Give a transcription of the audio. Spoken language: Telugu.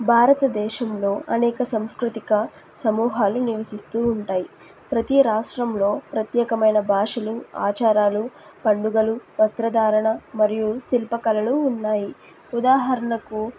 భారతదేశంలో అనేక సాంస్కృతిక సమూహాలు నివసిస్తూ ఉంటాయి ప్రతీ రాష్ట్రంలో ప్రత్యేకమైన భాషలు ఆచారాలు పండుగలు వస్త్రధారణ మరియు శిల్ప కళలు ఉన్నాయి ఉదాహరణకు